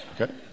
Okay